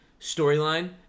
storyline